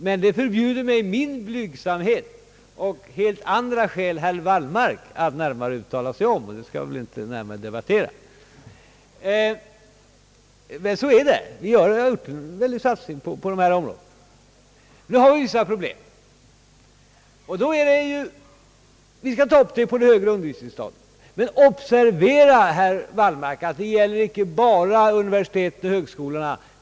Men det förbjuder mig min blygsamhet, och av helt andra skäl herr Wallmark, att uttala sig om; och det skall jag inte närmare ta upp till debatt. Men det förhåller sig på det sättet, att det sker en stor satsning på detta' område i Sverige. Det föreligger emellertid vissa problem. Jag skall här beröra de problem som föreligger på det högre undervisningsstadiet. Men observera, herr Wallmark, att det här inte bara gäller universitet och högskolor!